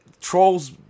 Trolls